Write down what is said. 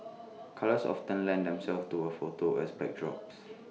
colours often lend themselves to her photos as backdrops